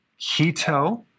Keto